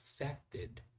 affected